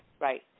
right